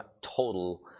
total